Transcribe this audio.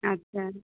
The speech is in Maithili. अच्छा